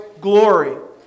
glory